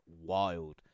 wild